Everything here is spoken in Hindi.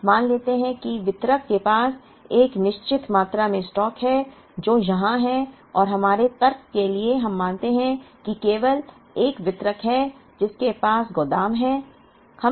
अब मान लेते हैं कि वितरक के पास एक निश्चित मात्रा में स्टॉक है जो यहाँ है और हमारे तर्क के लिए हम मानते हैं कि केवल 1 वितरक है जिसके पास गोदाम है